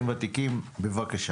אנחנו רואים שיש לנו יותר תלונות של